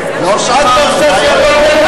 פעם ראשונה.